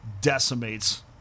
decimates